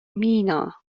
meena